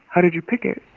how did you pick it?